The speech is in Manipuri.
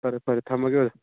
ꯐꯔꯦ ꯐꯔꯦ ꯊꯝꯃꯒꯦ ꯑꯣꯖꯥ